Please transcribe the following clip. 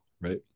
right